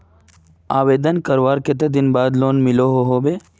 आवेदन करवार कते दिन बाद लोन मिलोहो होबे?